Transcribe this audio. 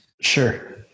sure